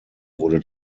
wurde